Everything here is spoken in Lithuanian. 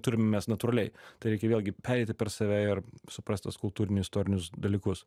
turim mes natūraliai tai reikia vėlgi pereiti per save ir suprast tuos kultūriniu istorinius dalykus